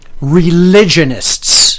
religionists